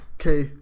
Okay